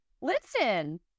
Listen